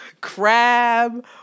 crab